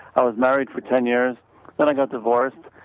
i was married for ten years then i got divorced.